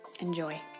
Enjoy